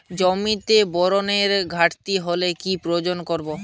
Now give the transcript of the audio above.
জমিতে বোরনের ঘাটতি হলে কি প্রয়োগ করব?